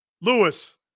Lewis